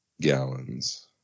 gallons